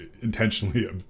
intentionally